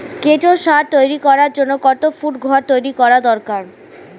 কেঁচো সার তৈরি করার জন্য কত ফুট ঘর তৈরি করা দরকার?